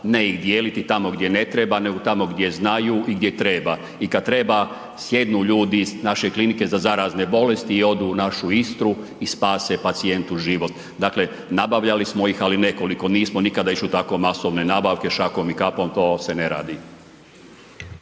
ne ih dijeliti tamo gdje ne treba, nego tamo gdje znaju i gdje treba i kad treba sjednu ljudi iz naše klinike za zarazne bolesti i odu u našu Istru i spase pacijentu život. Dakle, nabavljali smo ih, ali nekoliko, nismo nikada išli u tako masovne nabavke šakom i kapom, to se ne radi.